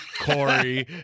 Corey